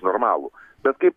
normalų bet kaip